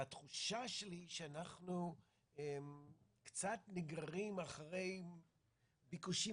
והתחושה שלי היא שאנחנו קצת נגררים אחרי ביקושים